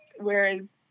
Whereas